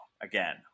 Again